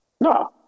No